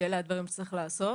שאלה הדברים שצריך לעשות,